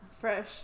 Fresh